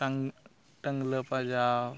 ᱢᱤᱫᱴᱟᱝ ᱴᱟᱹᱝᱞᱟᱹ ᱯᱟᱡᱟᱣ